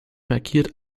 markiert